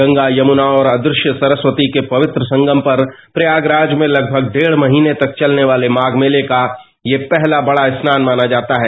गंगा कमना और अदृश्य सरस्वती के पवित्र संगम पर प्रयोगराज में लगभग डेढ़ महीने तक चलन वाले माध मेले का ये पहला बड़ा स्नान माना जाता है